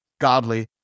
godly